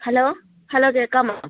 hello hello കേൾക്കാമോ